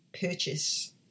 purchase